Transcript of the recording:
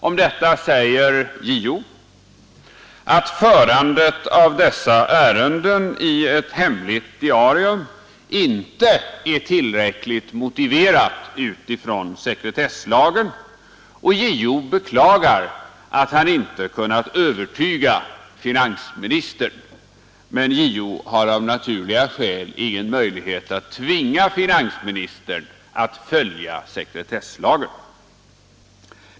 Om detta säger JO, att förandet av dessa ärenden i ett hemligt diarium inte är tillräckligt motiverat av sekretesslagens bestämmelser, och JO beklagar att han icke kunnat övertyga finansministern. Men JO har av naturliga skäl ingen möjlighet att tvinga finansministern att följa sekretesslagen.